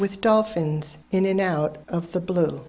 with dolphins in an out of the blue